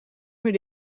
meer